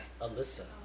Alyssa